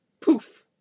Poof